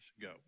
go